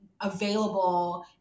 available